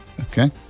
Okay